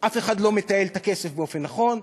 אף אחד לא מתעל את הכסף באופן נכון,